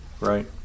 Right